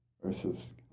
versus